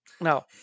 Now